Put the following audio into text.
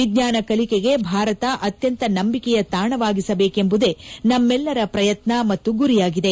ವಿಜ್ವಾನ ಕಲಿಕೆಗೆ ಭಾರತ ಅತ್ಯಂತ ನಂಬಿಕೆಯ ತಾಣವಾಗಿಸಬೇಕೆಂಬುದೇ ನಮ್ನೆಲ್ಲರ ಪ್ರಯತ್ನ ಮತ್ತು ಗುರಿಯಾಗಿದೆ